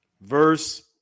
verse